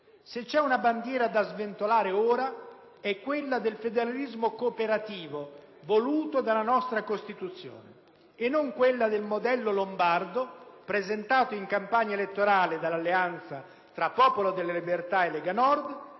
Se vi è una bandiera da sventolare ora, è quella del federalismo cooperativo voluto dalla nostra Costituzione e non quello del modello lombardo presentato in campagna elettorale dall'alleanza tra Popolo delle Libertà e Lega Nord,